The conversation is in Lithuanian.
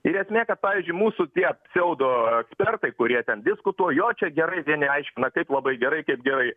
ir esmė kad pavyzdžiui mūsų tie pseudo ekspertai kurie ten diskutuoja jo čia gerai vieni aiškina kaip labai gerai kaip gerai